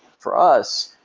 for us,